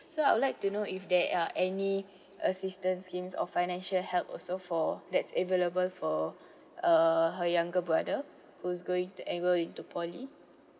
so I would like to know if there are any assistance scheme or financial help also for that's available for uh her younger brother who's going to enroll into poly